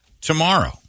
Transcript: tomorrow